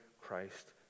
Christ